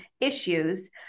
issues